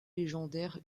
légendaire